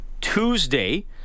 Tuesday